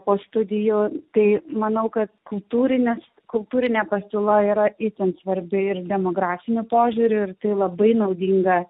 po studijų tai manau kad kultūrinės kultūrinė pasiūla yra itin svarbi ir demografiniu požiūriu ir tai labai naudinga